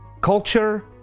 Culture